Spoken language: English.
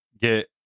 get